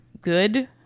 good